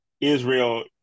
Israel